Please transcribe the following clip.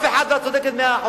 את צודקת מאה אחוז.